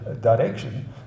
direction